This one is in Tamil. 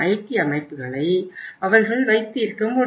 டி அமைப்புகளை அவர்கள் வைத்திருக்க முடியும்